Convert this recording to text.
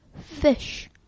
fish